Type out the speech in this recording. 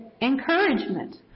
encouragement